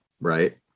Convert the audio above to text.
right